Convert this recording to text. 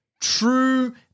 true